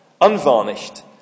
unvarnished